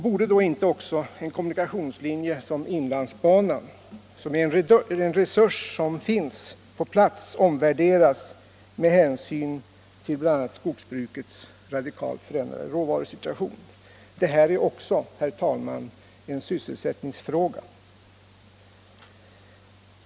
Borde inte då en kommunikationslinje som inlandsbanan — en resurs som finns på plats — omvärderas med hänsyn till bl.a. skogsbrukets radikalt förändrade råvarusituation? Det här, herr talman, är också en sysselsättningsfråga.